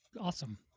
Awesome